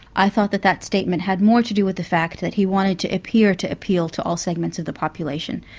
i thought that that statement had more to do with the fact that he wanted to appear to appeal to all segments of the population,